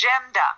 agenda